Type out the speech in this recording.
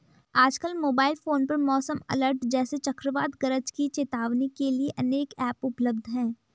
आजकल mobile phone पर मौसम अलर्ट जैसे चक्रवात गरज की चेतावनी के लिए अनेक ऐप उपलब्ध है